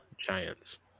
Giants